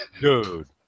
dude